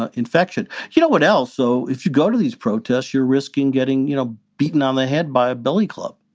ah infection. you know what else? so if you go to these protests, you're risking getting you know beaten on the head by a billy club.